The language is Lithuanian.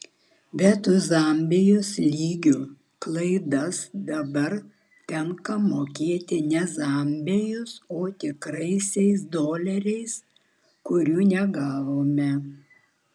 bet už zambijos lygio klaidas dabar tenka mokėti ne zambijos o tikrais doleriais kurių negavome